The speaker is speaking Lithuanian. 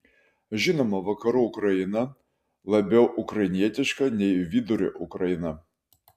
žinoma vakarų ukraina labiau ukrainietiška nei vidurio ukraina